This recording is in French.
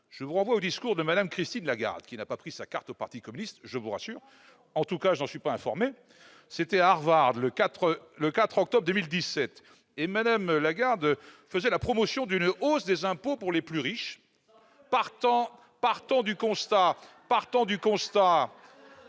je vous renvoie au discours de Mme Christine Lagarde, qui n'a pas pris sa carte au parti communiste, ... Pas encore !... je vous rassure, en tout cas, je n'en suis pas informé. C'était à Harvard, le 4 octobre 2017, Mme Lagarde faisait la promotion d'une hausse des impôts pour les plus riches ... Elle s'en